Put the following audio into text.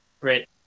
right